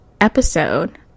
episode